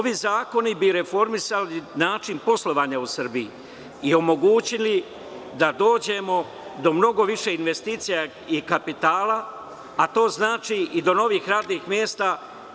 Ovi zakoni bi reformisali način poslovanja u Srbiji i omogućili da dođemo do mnogo više investicija i kapitala, a to znači i nova radna mesta.